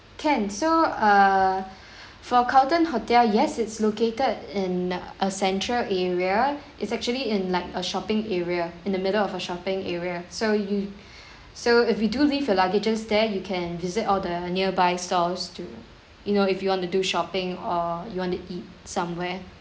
can so err for carlton hotel yes it's located in a central area is actually in like a shopping area in the middle of a shopping area so you so if you do leave your luggage there you can visit all the nearby stores too you know if you want to do shopping or you want to eat somewhere